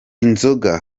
inzoga